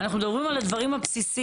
אנחנו מדברים על הדברים הבסיסיים.